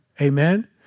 Amen